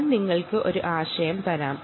ഞാൻ നിങ്ങൾക്ക് ഒരു ഐഡിയ തരാം